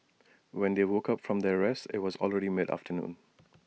when they woke up from their rest IT was already mid afternoon